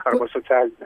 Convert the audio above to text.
arba socialinės